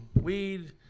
weed